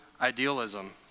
idealism